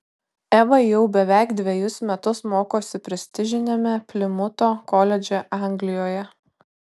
eva jau beveik dvejus metus mokosi prestižiniame plimuto koledže anglijoje